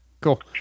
cool